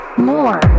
more